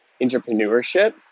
entrepreneurship